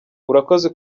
urakoze